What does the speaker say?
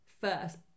first